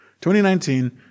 2019